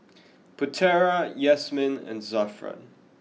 Putera Yasmin and Zafran